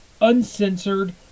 uncensored